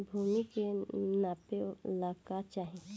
भूमि के नापेला का चाही?